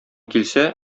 килсә